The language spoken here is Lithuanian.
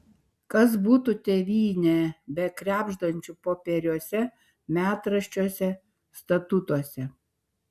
kas būtų tėvynė be krebždančių popieriuose metraščiuose statutuose